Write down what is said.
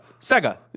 Sega